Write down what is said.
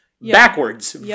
backwards